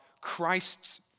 Christ's